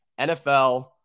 NFL